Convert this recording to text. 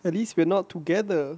at least we're not together